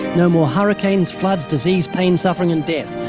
no more hurricanes, floods, disease, pain, suffering and death.